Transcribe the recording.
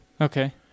Okay